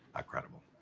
ah credible.